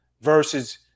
versus